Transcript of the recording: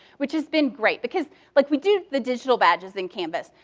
which has been great. because like we do the digital badges in canvass,